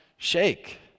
shake